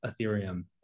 Ethereum